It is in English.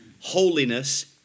holiness